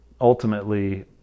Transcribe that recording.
ultimately